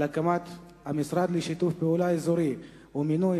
על הקמת המשרד לשיתוף פעולה אזורי ומינוי